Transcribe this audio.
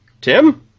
Tim